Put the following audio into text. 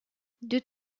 deux